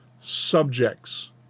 subjects